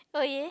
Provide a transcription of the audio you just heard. oh yeah